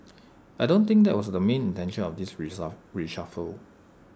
I don't think that was the main intention of this reshuffle